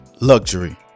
Luxury